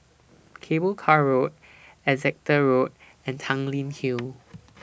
Cable Car Road Exeter Road and Tanglin Hill